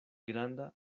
granda